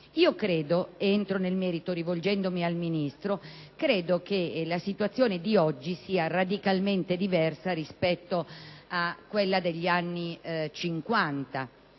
non statali. Entro nel merito rivolgendomi al Ministro per dire che la situazione di oggi è radicalmente diversa rispetto a quella degli anni '50.